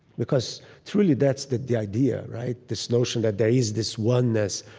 because truly that's the the idea, right? this notion that there is this oneness,